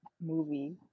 movie